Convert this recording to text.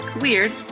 Weird